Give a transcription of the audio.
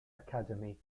academy